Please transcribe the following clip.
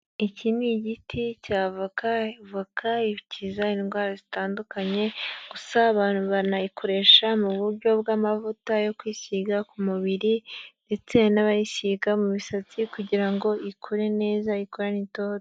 Iki ni igiti cy'avoka, voka ikiza indwara zitandukanye, gusa abantu banayikoresha mu buryo bw'amavuta yo kwisiga ku mubiri ndetse hari n'abayisiga mu misatsi kugira ngo ikure neza ikurane itoto.